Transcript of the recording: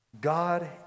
God